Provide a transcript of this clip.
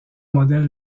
modèle